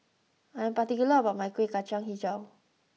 I'm particular about my kueh kacang HiJau